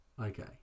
Okay